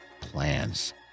plans